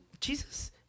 Jesus